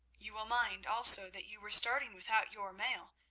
you will mind also that you were starting without your mail,